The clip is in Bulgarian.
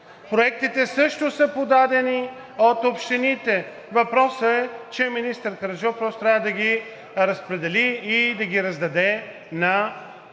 проектите също са подадени от общините. Въпросът е, че министър Караджов просто трябва да ги разпредели и да ги раздаде на общините.